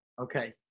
Okay